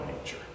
nature